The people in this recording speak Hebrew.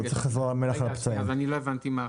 -- מה ההחלטה?